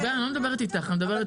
אני אומרת